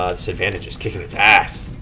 ah this advantage is kicking its ass.